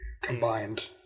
combined